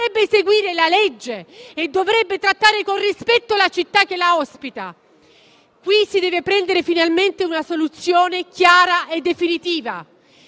dovrebbe seguire la legge e trattare con rispetto la città che la ospita. Qui si deve giungere finalmente a una soluzione chiara e definitiva,